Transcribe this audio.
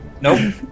Nope